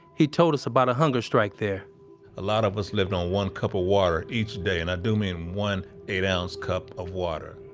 he told us about a hunger strike there a lot of us lived on one cup of water each day, and i do mean one eight ounce cup of water